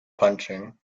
punching